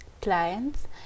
clients